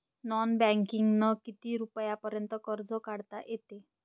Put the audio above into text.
Non बँकिंगनं किती रुपयापर्यंत कर्ज काढता येते?